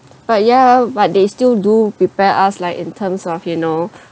but ya but they still do prepare us like in terms of you know